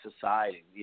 society